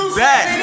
back